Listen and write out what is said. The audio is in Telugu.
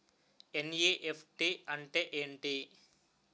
ఎన్.ఈ.ఎఫ్.టి అంటే ఎంటి?